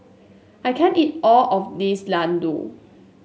I can't eat all of this Ladoo